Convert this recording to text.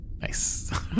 nice